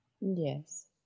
Yes